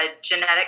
genetic